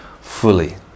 fully